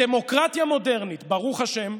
בדמוקרטיה מודרנית, ברוך השם,